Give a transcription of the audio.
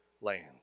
land